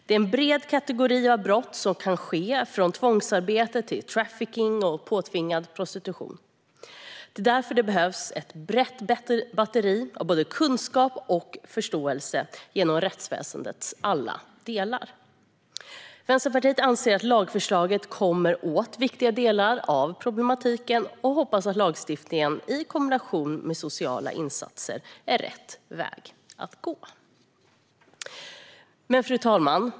Det är en bred kategori av brott som kan ske, från tvångsarbete till trafficking och påtvingad prostitution. Det är därför det behövs ett brett batteri av både kunskap och förståelse genom rättsväsendets alla delar. Vänsterpartiet anser att lagförslaget kommer åt viktiga delar av problematiken och hoppas att lagstiftning i kombination med sociala insatser är rätt väg att gå. Fru talman!